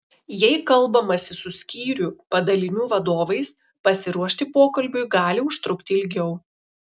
jei kalbamasi su skyrių padalinių vadovais pasiruošti pokalbiui gali užtrukti ilgiau